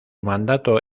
mandato